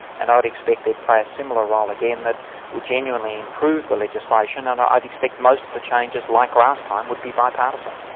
and i would expect they'd play a similar role again that would genuinely improve the legislation, and i'd expect most of the changes like last time, would be bipartisan.